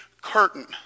curtain